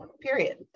period